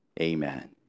Amen